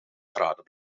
graden